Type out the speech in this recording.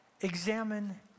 Examine